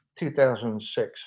2006